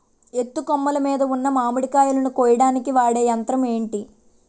ఎత్తు కొమ్మలు మీద ఉన్న మామిడికాయలును కోయడానికి వాడే యంత్రం ఎంటి?